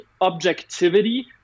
objectivity